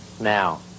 Now